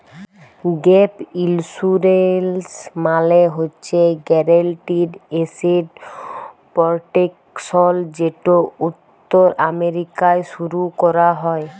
gap insurance মালে হছে guaranteed asset protection যেট উত্তর আমেরিকায় শুরু ক্যরা হ্যয়